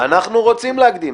אנחנו רוצים להקדים.